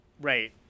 Right